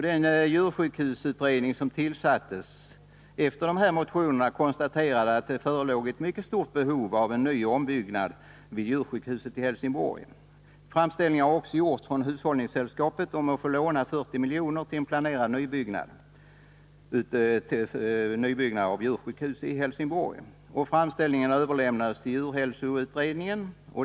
Den djursjukhusutredning som tillsattes efter de här motionerna konstaterade att det förelåg ett mycket stort behov av nyoch ombyggnad vid djursjukhuset i Helsingborg. Framställningar har också gjorts från hushållningssällskapet om att få låna 40 milj.kr. till en planerad nybyggnad av djursjukhus i Helsingborg. Framställningen överlämnades till djurhälsoutredningen.